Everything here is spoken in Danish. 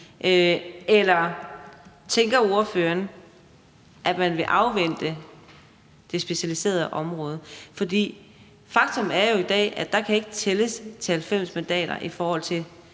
Eller tænker ordføreren, at man vil afvente det specialiserede område? Faktum er jo i dag, at der ikke kan tælles til 90 mandater, tror